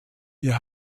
wir